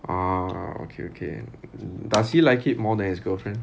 ah okay okay does he like it more than his girlfriend